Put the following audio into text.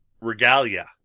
regalia